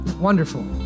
Wonderful